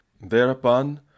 Thereupon